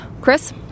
Chris